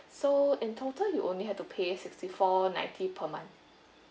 so in total you only have to pay sixty-four ninety per month